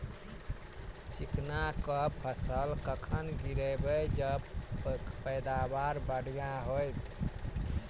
चिकना कऽ फसल कखन गिरैब जँ पैदावार बढ़िया होइत?